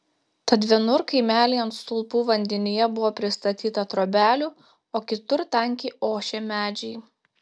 tad vienur kaimelyje ant stulpų vandenyje buvo pristatyta trobelių o kitur tankiai ošė medžiai